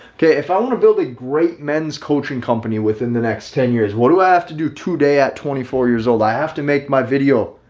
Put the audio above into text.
okay, if i want to build a great men's coaching company within the next ten years, what do i have to do today at twenty four years old, i have to make my video.